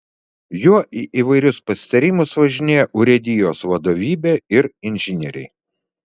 juo į įvairius pasitarimus važinėja urėdijos vadovybė ir inžinieriai